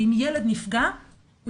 וכדי שאותה נפגעת אמיצה,